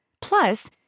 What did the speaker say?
Plus